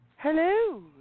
Hello